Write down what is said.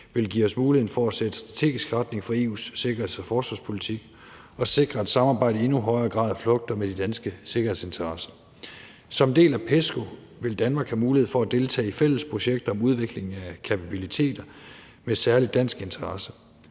vil give os muligheden for at sætte strategisk retning for EU's sikkerheds- og forsvarspolitik og sikre, at samarbejdet i endnu højere grad flugter med de danske sikkerhedsinteresser. Som en del af PESCO vil Danmark have mulighed for at deltage i fælles projekter om udvikling af kapabiliteter med særlig dansk interesse.